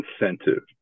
incentive